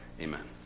Amen